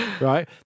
right